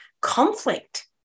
conflict